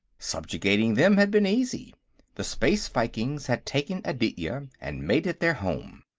subjugating them had been easy the space vikings had taken aditya and made it their home.